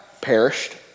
perished